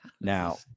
Now